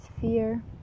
fear